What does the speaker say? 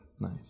Nice